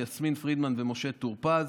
יסמין פרידמן ומשה טור פז.